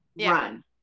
run